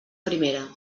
primera